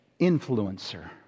influencer